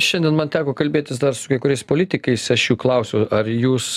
šiandien man teko kalbėtis dar su kai kuriais politikais aš jų klausiau ar jūs